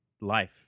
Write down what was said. life